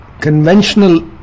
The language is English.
conventional